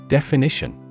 Definition